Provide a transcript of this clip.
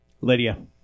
Lydia